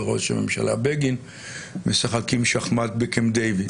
וראש הממשלה בגין משחקים שחמט בקמפ דייוויד,